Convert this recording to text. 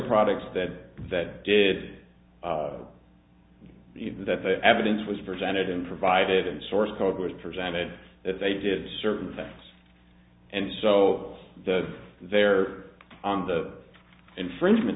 products that that did that the evidence was presented and provided a source code was presented that they did certain things and so the there on the infringement